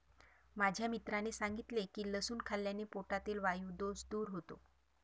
माझ्या मित्राने सांगितले की लसूण खाल्ल्याने पोटातील वायु दोष दूर होतो